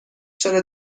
چرا